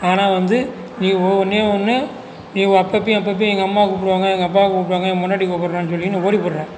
ஆனால் வந்து நீ ஓ ஒன்றே ஒன்று நீ அப்போப்பயும் அப்போப்பயும் எங்கள் அம்மா கூப்பிடுவாங்க எங்கள் அப்பா கூப்பிடுவாங்க என் பொண்டாட்டி கூப்பிட்றான்னு சொல்லி நீ ஓடிப்புட்ற